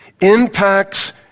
impacts